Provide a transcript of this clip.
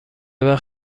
وقت